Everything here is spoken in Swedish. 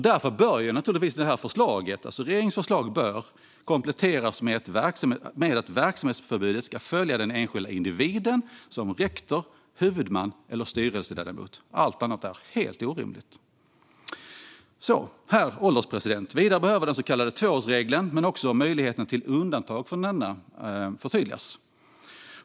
Därför bör regeringens förslag kompletteras med ett verksamhetsförbud som ska följa den enskilda individen, det vill säga rektor, huvudman eller styrelseledamot. Allt annat är helt orimligt. Herr ålderspresident! Vidare behöver den så kallade tvåårsregeln, och möjligheten till undantag från denna, förtydligas.